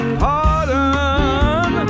pardon